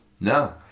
no